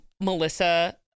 Melissa